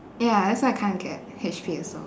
ya that's why I can't get H_P also